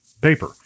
paper